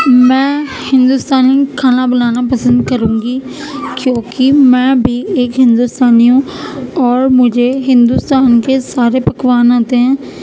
میں ہندوستانی کھانا بنانا پسند کروں گی کیوں کہ میں بھی ایک ہندوستانی ہوں اور مجھے ہندوستان کے سارے پکوان آتے ہیں